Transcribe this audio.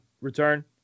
return